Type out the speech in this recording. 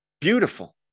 Beautiful